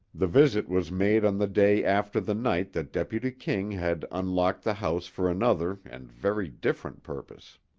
the visit was made on the day after the night that deputy king had unlocked the house for another and very different purpose.